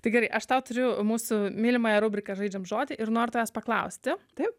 tai gerai aš tau turiu mūsų mylimąją rubriką žaidžiam žodį ir noriu tavęs paklausti taip